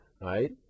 Right